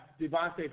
Devontae